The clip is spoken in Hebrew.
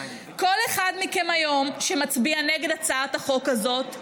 כל אחד מכם שמצביע היום נגד הצעת החוק הזאת,